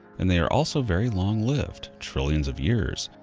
and they are also very long-lived, trillions of years.